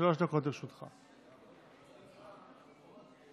תודה רבה, אדוני השר.